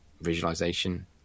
visualization